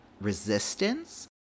resistance